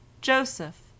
Joseph